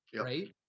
right